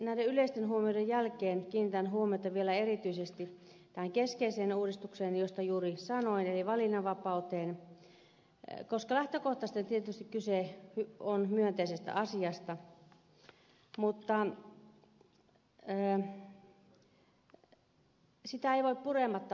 näiden yleisten huomioiden jälkeen kiinnitän huomiota vielä erityisesti tähän keskeiseen uudistukseen josta juuri sanoin eli valinnanvapauteen koska lähtökohtaisesti kyse on tietysti myönteisestä asiasta mutta sitä ei voi oikein purematta niellä